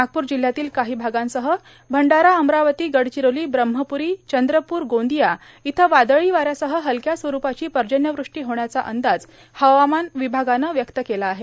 नागपूर जिल्ह्यातील काही भागांसह भंडारा अमरावती गडचिरोली ब्रह्मप्री चंद्रपूर गोंदिया इथं वादळी वाऱ्यासह हलक्या स्वरूपाची पर्जन्यवृष्टी होण्याचा अंदाज हवामान विभागानं व्यक्त केला आहे